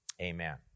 Amen